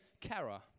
Kara